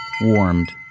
warmed